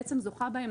בעצם זוכה בעצם,